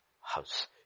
house